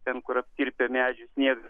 ten kur ir prie medžių sniegas